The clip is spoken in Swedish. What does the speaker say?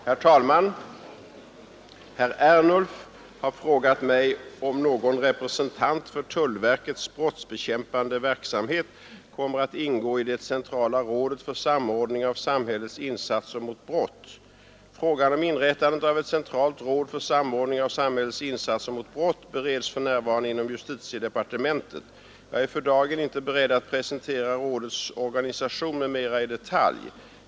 Herr talman! Herr Ernulf har frågat mig om någon representant för tullverkets brottsbekämpande verksamhet kommer att ingå i det centrala rådet för samordning av samhällets insatser mot brott. Frågan om inrättandet av ett centralt råd för samordning av samhällets insatser mot brott bereds för närvarande inom justitiedepartementet. Jag är för dagen inte beredd att presentera rådets organisation m.m. i detalj.